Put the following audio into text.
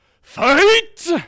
fight